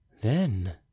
Then